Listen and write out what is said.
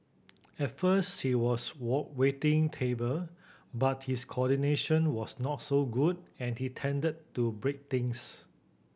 at first he was wall waiting table but his coordination was not so good and he tended to break things